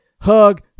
Hug